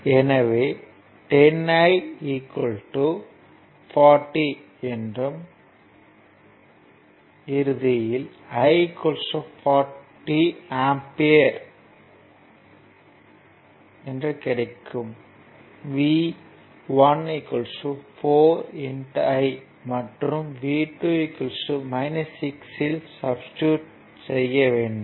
எனவே 10 I 40 என்றும் I 40 ampere ஐ V1 4 I மற்றும் V 2 6 I இல் சப்ஸ்டிடுட் செய்ய வேண்டும்